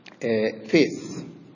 faith